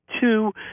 two